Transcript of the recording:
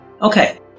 Okay